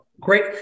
Great